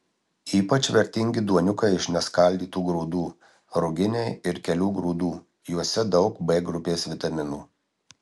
ypač vertingi duoniukai iš neskaldytų grūdų ruginiai ir kelių grūdų juose daug b grupės vitaminų